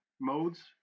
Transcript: modes